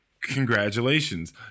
congratulations